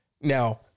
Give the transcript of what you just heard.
Now